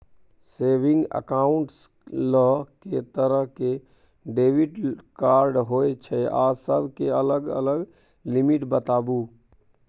Saving accounts ल के तरह के डेबिट कार्ड होय छै आ सब के अलग अलग लिमिट बताबू?